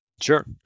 Sure